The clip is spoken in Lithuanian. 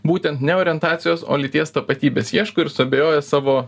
būtent ne orientacijos o lyties tapatybės ieško ir suabejoja savo